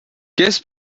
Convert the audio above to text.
kes